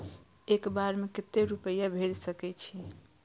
एक बार में केते रूपया भेज सके छी?